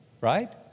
right